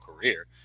career